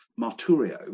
marturio